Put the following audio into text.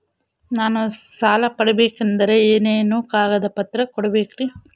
ನಾನು ಸಾಲ ಪಡಕೋಬೇಕಂದರೆ ಏನೇನು ಕಾಗದ ಪತ್ರ ಕೋಡಬೇಕ್ರಿ?